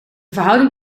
verhouding